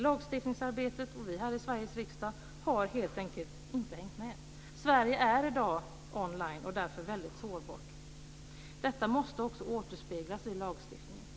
Lagstiftningsarbetet, och vi här i Sveriges riksdag, har helt enkelt inte hängt med. Sverige är i dag online och därför väldigt sårbart. Detta måste också återspeglas i lagstiftningen.